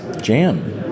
Jam